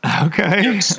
Okay